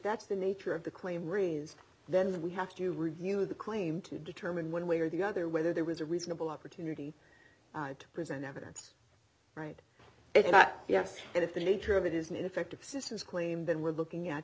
that's the nature of the claim raised then we have to review the claim to determine one way or the other whether there was a reasonable opportunity to present evidence right and yes if the nature of it is an ineffective assistance claim then we're looking at